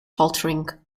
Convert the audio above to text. faltering